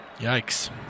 Yikes